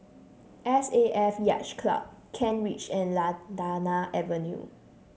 S A F Yacht Club Kent Ridge and Lantana Avenue